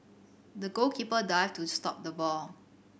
the goalkeeper dived to stop the ball